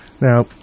Now